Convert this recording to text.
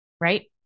right